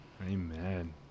Amen